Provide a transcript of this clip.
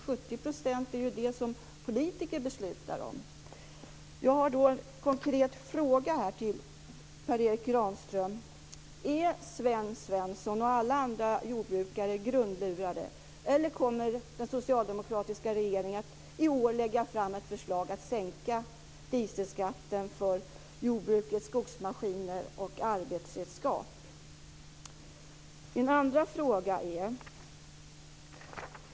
70 % beslutar politiker om. Jag har en konkret fråga till Per Erik Granström. Är Sven Svensson och alla andra jordbrukare grundlurade eller kommer den socialdemokratiska regeringen i år att lägga fram ett förslag om att sänka dieselskatten för jordbrukets skogsmaskiner och arbetsredskap? Jag har ytterligare en fråga.